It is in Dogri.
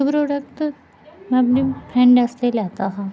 प्रोडक्ट में अपनी फ्रैंड आस्तै लैता हा